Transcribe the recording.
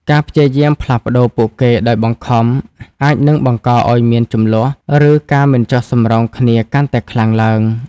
ការព្យាយាមផ្លាស់ប្តូរពួកគេដោយបង្ខំ អាចនឹងបង្កឱ្យមានជម្លោះ ឬការមិនចុះសម្រុងគ្នាកាន់តែខ្លាំងឡើង។